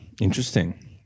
Interesting